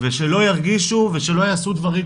ושלא ירגישו ושלא יעשו דברים,